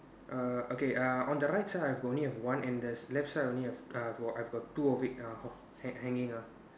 err okay uh on the right side I only have one handers left side only have uh I got I got two of it uh han~ hanging uh